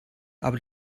aber